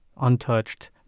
untouched